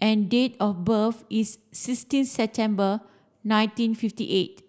and date of birth is sixteen September nineteen fifty eight